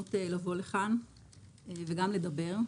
ההזדמנות לבוא לכאן וגם לדבר.